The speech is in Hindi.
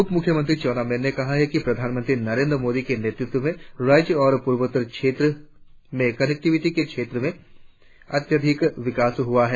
उप मुख्यमंत्री चाउना मैन ने कहा कि प्रधानमंत्री नरेंद्र मोदी के नेतृत्व में राज्य और पूर्वोत्तर क्षेत्र में कनेक्टिवीटी के क्षेत्र में अत्यधिक विकास हुआ है